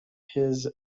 his